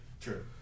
True